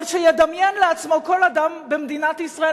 אבל שידמיין לעצמו כל אדם במדינת ישראל